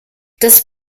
das